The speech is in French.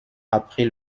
apprit